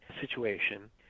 situation